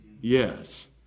Yes